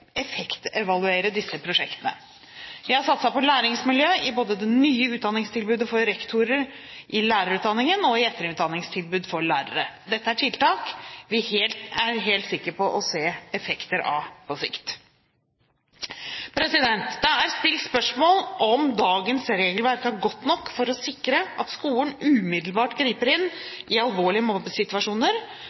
effektevaluere disse prosjektene. Vi har satset på læringsmiljø både i det nye utdanningstilbudet for rektorer, i lærerutdanningen og i etterutdanningstilbud for lærere. Dette er tiltak vi helt sikkert vil se effekter av på sikt. Det er stilt spørsmål om dagens regelverk er godt nok for å sikre at skolen umiddelbart griper inn i alvorlige